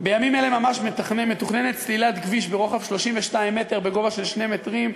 בימים אלה ממש מתוכננת סלילת כביש ברוחב 32 מטר ובגובה של 2 מטרים.